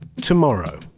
tomorrow